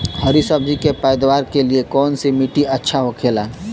हरी सब्जी के पैदावार के लिए कौन सी मिट्टी अच्छा होखेला?